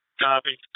Copy